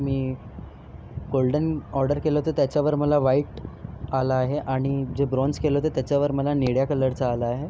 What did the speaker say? मी golden order केलं होतं त्याच्यावर मला व्हाईट आलं आहे आणि जे ब्राँझ केलं होतं त्याच्यावर मला निळ्या कलरचं आलं आहे